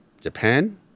Japan